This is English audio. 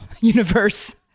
universe